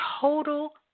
total